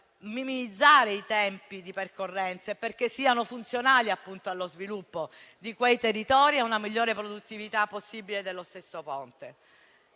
minimizzare i tempi di percorrenza, perché questi siano funzionali allo sviluppo di quei territori e a una migliore produttività possibile dello stesso Ponte.